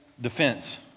defense